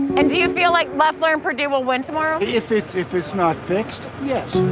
and do you feel like leffler and purdue will win tomorrow? if it's if it's not fixed, yes.